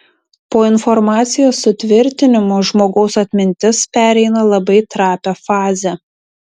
po informacijos sutvirtinimo žmogaus atmintis pereina labai trapią fazę